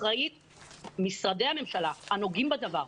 משרדי הממשלה הנוגעים בדבר,